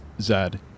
Zed